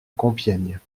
compiègne